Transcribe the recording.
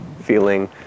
feeling